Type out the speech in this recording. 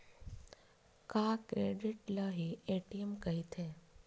का क्रेडिट ल हि ए.टी.एम कहिथे?